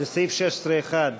לסעיף 16(1),